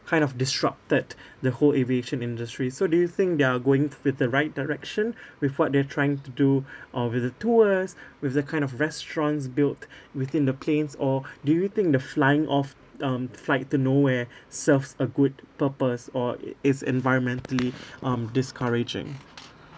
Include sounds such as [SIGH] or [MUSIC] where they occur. kind of disrupted the whole aviation industry so do you think they're going with the right direction [BREATH] with what they're trying to do [BREATH] or with the tours with the kind of restaurants built [BREATH] within the planes or [BREATH] do you think the flying off um flight to norway [BREATH] serves a good purpose or it is environmentally um discouraging